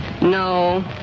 no